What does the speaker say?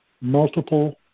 multiple